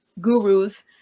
gurus